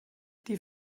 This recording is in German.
die